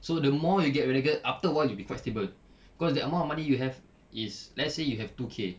so the more you get relegated after a while you be quite stable cause the amount of money you have is let's say you have two K